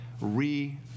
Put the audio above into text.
re